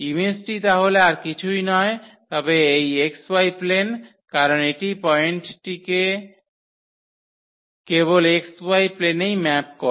ইমেজটি তাহলে আর কিছুই নয় তবে এই xy প্লেন কারণ এটি পয়েন্টিকে কেবল xy প্লেনেই ম্যাপ করে